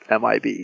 MIB